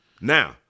Now